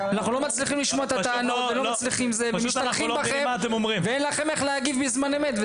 אנחנו לא מצליחים לשמוע את הטענות ואין לכם איך להגיב בזמן אמת.